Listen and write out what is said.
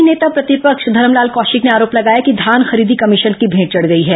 वहीं नेता प्रतिपक्ष धरमलाल कौशिक ने आरोप लगाया कि धान खरीदी कमीशन की भेंट चढ़ गई है